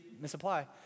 misapply